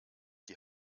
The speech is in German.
die